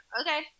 Okay